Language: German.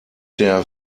der